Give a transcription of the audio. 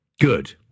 Good